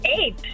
eight